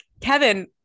Kevin